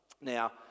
now